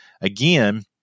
again